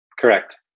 Correct